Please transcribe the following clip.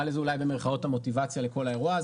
לזה אולי במרכאות המוטיבציה לכל האירוע.